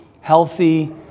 healthy